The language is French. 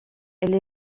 elle